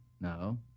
No